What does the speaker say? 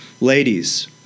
ladies